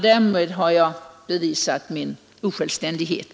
Därmed har jag bevisat min osjälvständighet.